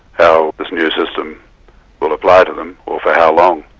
how this new system will apply to them, or for how long.